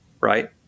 right